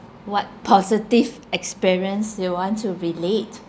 what positive experience you want to relate